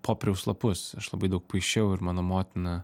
popieriaus lapus aš labai daug paišiau ir mano motina